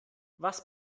was